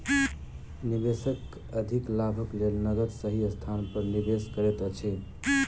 निवेशक अधिक लाभक लेल नकद सही स्थान पर निवेश करैत अछि